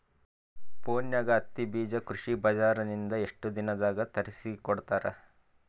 ಫೋನ್ಯಾಗ ಹತ್ತಿ ಬೀಜಾ ಕೃಷಿ ಬಜಾರ ನಿಂದ ಎಷ್ಟ ದಿನದಾಗ ತರಸಿಕೋಡತಾರ?